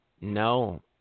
no